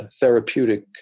therapeutic